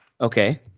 okay